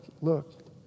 look